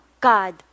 God